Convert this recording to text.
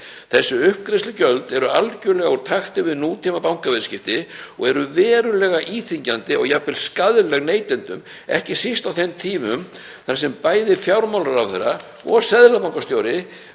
Þessi uppgreiðslugjöld eru algerlega úr takti við nútímabankaviðskipti og eru verulega íþyngjandi og jafnvel skaðleg neytendum, ekki síst á þeim tímum þar sem bæði fjármálaráðherra og seðlabankastjóri